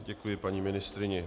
Děkuji paní ministryni.